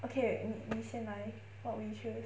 okay 你你先来 what would you choose